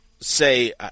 say